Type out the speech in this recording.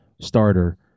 starter